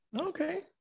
okay